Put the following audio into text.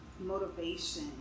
motivation